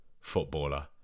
footballer